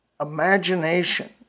imagination